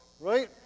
right